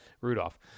Rudolph